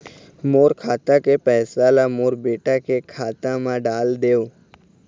मोर खाता के पैसा ला मोर बेटा के खाता मा डाल देव?